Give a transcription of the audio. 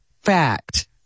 fact